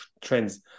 trends